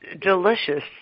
delicious